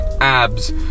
abs